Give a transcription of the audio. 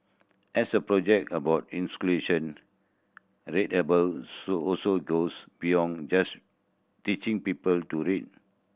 as a project about readable so also goes beyond just teaching people to read